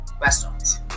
restaurants